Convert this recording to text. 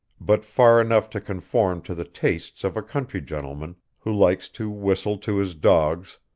but far enough to conform to the tastes of a country gentleman who likes to whistle to his dogs,